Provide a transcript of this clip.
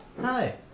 Hi